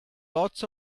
lots